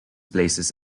places